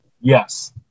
Yes